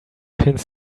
pins